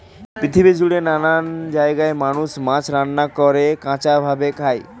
পৃথিবী জুড়ে নানান জায়গায় মানুষ মাছ রান্না করে, কাঁচা ভাবে খায়